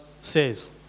says